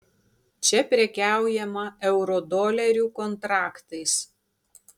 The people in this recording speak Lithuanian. čia prekiaujama eurodolerių kontraktais